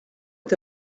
est